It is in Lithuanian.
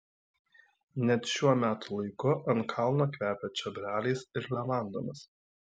net šiuo metų laiku ant kalno kvepia čiobreliais ir levandomis